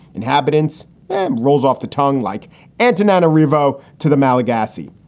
inhabitance rolls off the tongue like antananarivo to the malagasy.